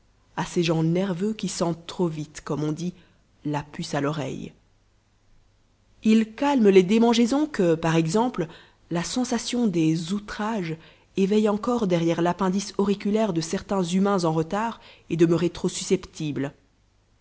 à ces gens nerveux qui sentent trop vite comme on dit la puce à l'oreille il calme les démangeaisons que par exemple la sensation des outrages éveille encore derrière l'appendice auriculaire de certains humains en retard et demeurés trop susceptibles